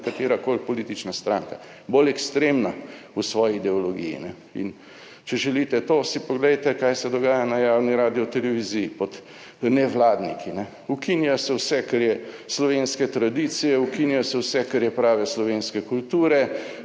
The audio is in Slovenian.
katerakoli politična stranka, bolj ekstremna v svoji ideologiji. In če želite to, si poglejte kaj se dogaja na javni radioteleviziji pod nevladniki. Ukinja se vse kar je slovenske tradicije. Ukinja se vse kar je prave slovenske kulture.